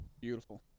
Beautiful